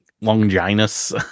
Longinus